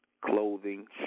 clothing